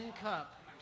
cup